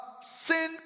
sin